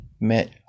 Met